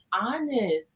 honest